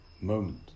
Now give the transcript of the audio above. moment